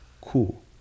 Cool